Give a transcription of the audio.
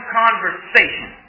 conversation